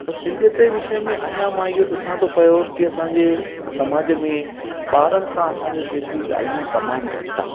त सिंधियत जे विषय में अञा मां इहो ॾिसा थो पयो की असांजे समाज में ॿारनि सां असांजे सिंधी ॻाल्हाइण तमामु घटि आहे